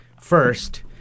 first